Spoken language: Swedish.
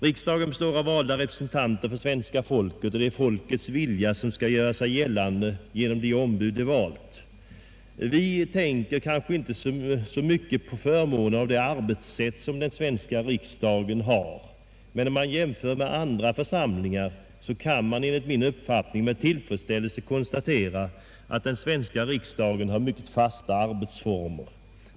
Riksdagen består av valda representanter för svenska folket, och det är folket som skall göra sin vilja gällande genom de ombud det valt. Vi tänker kanske inte så mycket på fördelen med det arbetssätt som den svenska riksdagen har, men om vi jämför med andra församlingar, kan vi enligt min uppfattning med tillfredsställelse konstatera att vår riksdag har mycket fasta arbetsformer.